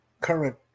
current